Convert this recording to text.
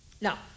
Now